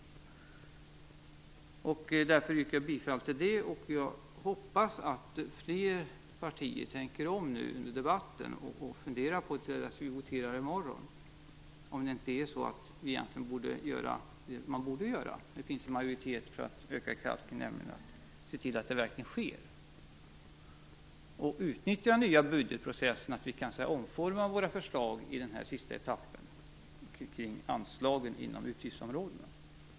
Jag yrkar bifall till reservation 5. Jag hoppas att fler partier tänker om under debatten och funderar på tills vi voterar i morgon om vi egentligen inte borde - det finns en majoritet för att öka kalkningen - borde se till att det verkligen sker. Utnyttja den nya budgetprocessen till att omforma förslagen i den sista etappen kring anslagen inom utgiftsområdena.